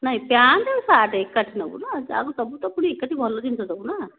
ନାହିଁ ପ୍ଯାନ୍ଟ ଆଉ ସାର୍ଟ ଏକାଠି ନବୁନା ଯାହା ଦେବୁତ ପୁଣି ଏକାଠି ଭଲ ଜିନିଷ ଦେବୁନା